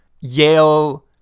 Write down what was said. yale